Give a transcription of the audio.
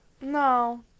No